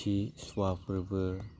आमथिसुआ फोर्बो